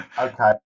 okay